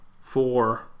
four